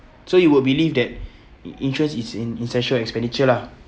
so you will believe that in~ insurance is in is extra expenditure lah